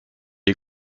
est